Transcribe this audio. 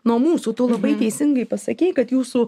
nuo mūsų tu labai teisingai pasakei kad jūsų